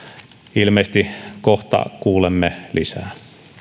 ilmeisesti kohta kuulemme lisää